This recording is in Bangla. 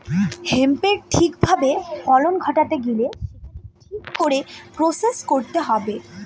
হেম্পের ঠিক ভাবে ফলন ঘটাতে গেলে সেটাকে ঠিক করে প্রসেস করতে হবে